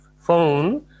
phone